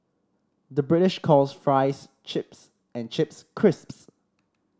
the British calls fries chips and chips crisps